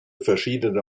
verschiedene